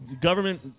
government